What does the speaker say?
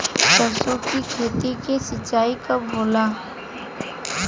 सरसों की खेती के सिंचाई कब होला?